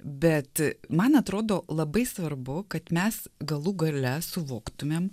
bet man atrodo labai svarbu kad mes galų gale suvoktumėm